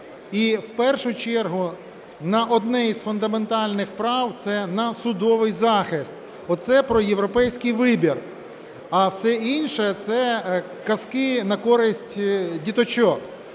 І в першу чергу одне із фундаментальних прав – це на судовий захист. Оце про європейський вибір, а все інше – це казки на користь діточок,